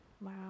Wow